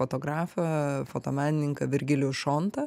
fotografą fotomenininką virgilijų šontą